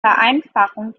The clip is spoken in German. vereinfachung